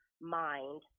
mind